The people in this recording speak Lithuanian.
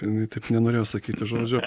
jinai taip nenorėjo sakyti žodžio